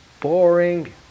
Boring